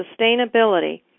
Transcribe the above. sustainability